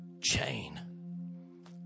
chain